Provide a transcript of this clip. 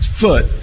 foot